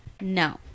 No